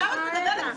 הי, הי.